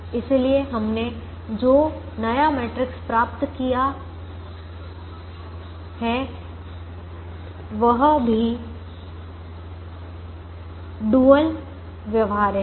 इसलिए हमने जो नया मैट्रिक्स प्राप्त किया है वह भी डुअल व्यवहार्य है